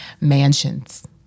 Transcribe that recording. mansions